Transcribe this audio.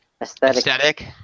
Aesthetic